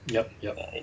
yup yup